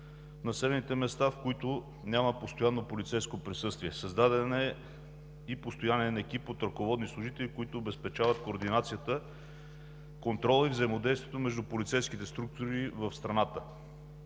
населените места, в които няма постоянно полицейско присъствие. Създаден е и постоянен екип от ръководни служители, които обезпечават координацията, контрола и взаимодействието между полицейските структури в страната.